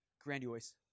Grandiose